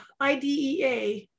IDEA